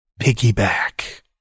Piggyback